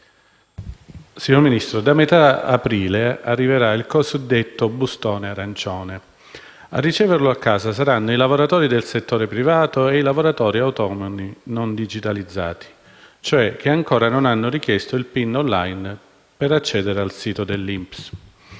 Signor Ministro, da metà aprile arriverà il cosiddetto bustone arancione. A riceverlo a casa saranno i lavoratori del settore privato e i lavoratori autonomi non digitalizzati, cioè che ancora non hanno richiesto il PIN *on line* per accedere al sito dell'INPS.